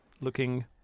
looking